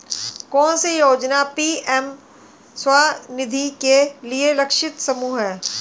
कौन सी योजना पी.एम स्वानिधि के लिए लक्षित समूह है?